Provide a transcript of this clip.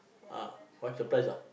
ah why surprise